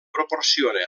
proporciona